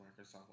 Microsoft